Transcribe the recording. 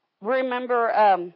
remember